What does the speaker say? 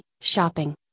shopping